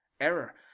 error